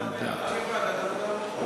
ההצעה להעביר את הנושא לוועדת